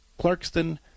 Clarkston